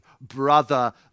brother